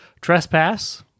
Trespass